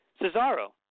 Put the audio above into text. Cesaro